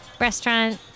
restaurant